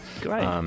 Great